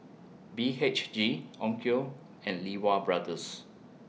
B H G Onkyo and Lee Wa Brothers